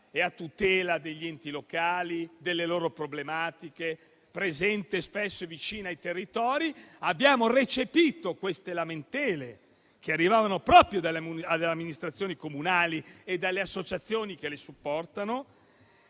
e a tutela degli enti locali e delle loro problematiche ed è spesso presente e vicina ai territori - che ha recepito queste lamentele che arrivavano proprio dalle amministrazioni comunali e dalle associazioni che le supportano,